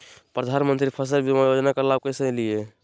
प्रधानमंत्री फसल बीमा योजना का लाभ कैसे लिये?